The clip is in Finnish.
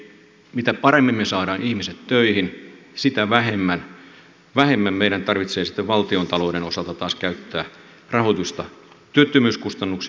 eli mitä paremmin me saamme ihmiset töihin sitä vähemmän meidän tarvitsee sitten valtiontalouden osalta käyttää rahoitusta työttömyyskustannuksiin